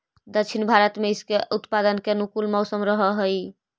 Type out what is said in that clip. दक्षिण भारत में इसके उत्पादन के अनुकूल मौसम रहअ हई